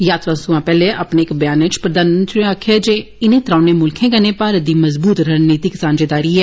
यात्रा सोयां पैहले अपने इक ब्यान च प्रधानमंत्री होरें आक्खेआ जे इनें त्रोणें मुल्खें कन्नै भारत दी मजबूत रणनीतिक सांझेदारी ऐ